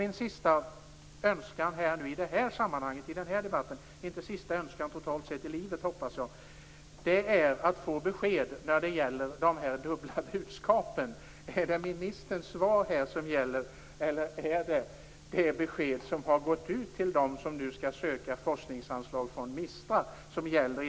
Min sista önskan i den här debatten - förhoppningsvis inte min sista önskan i livet - är att få besked om de här dubbla budskapen. Är det ministerns svar här som gäller eller är det de besked som gått ut till dem som nu skall söka forskningsanslag från MISTRA?